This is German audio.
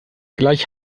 gleich